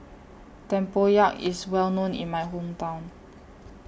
Tempoyak IS Well known in My Hometown